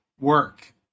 work